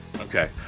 Okay